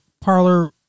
parlor